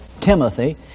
Timothy